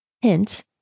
hint